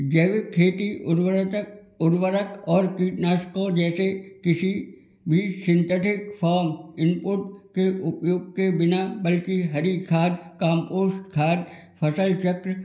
जैविक खेती उर्वरातक उर्वरक और कीटनाशकों जैसे किसी भी सिंथेटिक फॉम इनपुट के उपयोग के बिना बल्कि हरी खाद काम्पोस्ट खाद फसल चक्र